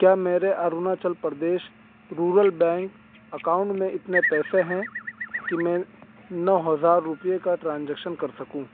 کیا میرے Arunachal Pradesh rural bank account میں اتنے پیسے ہیں کہ میں نو ہزار روپیے کا ٹرانزیکشن کر سکوں